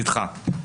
נדחו.